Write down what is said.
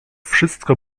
wszystko